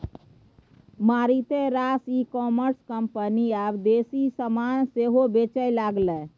मारिते रास e commerce company आब देसी समान सेहो बेचय लागलै